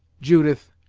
judith,